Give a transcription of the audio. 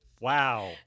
wow